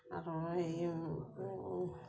আৰু হেইয়ো